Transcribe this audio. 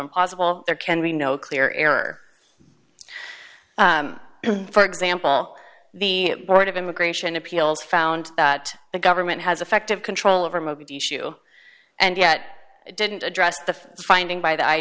imposible there can be no clear error for example the board of immigration appeals found that the government has effective control over mogadishu and yet it didn't address the finding by the i